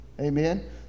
Amen